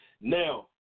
Now